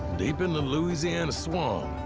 deep in the louisiana swamp,